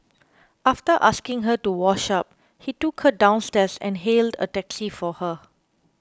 after asking her to wash up he took her downstairs and hailed a taxi for her